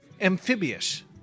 Amphibious